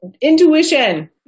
intuition